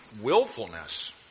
willfulness